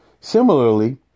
Similarly